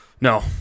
No